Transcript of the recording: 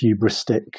hubristic